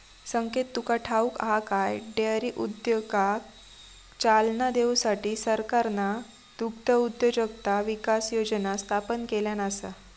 संकेत तुका ठाऊक हा काय, डेअरी उद्योगाक चालना देऊसाठी सरकारना दुग्धउद्योजकता विकास योजना स्थापन केल्यान आसा